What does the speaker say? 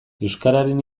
euskararen